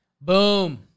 Boom